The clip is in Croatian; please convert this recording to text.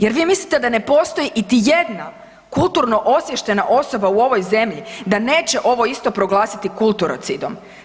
Je li vi mislite da ne postoji itijedna kulturno osviještena osoba u ovoj zemlji, da neće ovo isto proglasiti kulturocidom.